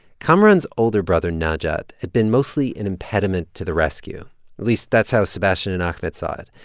kamaran's older brother najat had been mostly an impediment to the rescue at least that's how sebastian and ahmed saw it.